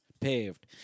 Paved